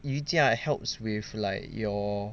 瑜伽 helps with like your